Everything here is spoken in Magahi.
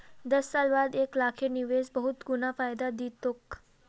दस साल बाद एक लाखेर निवेश बहुत गुना फायदा दी तोक